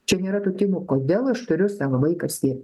čia nėra tų tymų kodėl aš turiu savo vaiką skiepyt